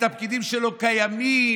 את הפקידים שלא קיימים?